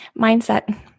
Mindset